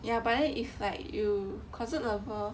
ya but then if like you closet lover